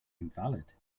invalid